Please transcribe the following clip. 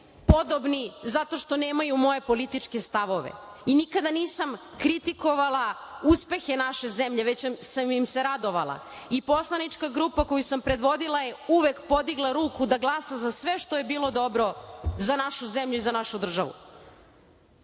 podobni zato što nemaju moje političke stavove i nikada nisam kritikovala uspehe naše zemlje, već sam im se radovala. I poslanička grupa koju sam predvodila je uvek podigla ruku da glasa za sve što je bilo dobro za našu zemlju i za našu državu. Uopšte